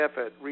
effort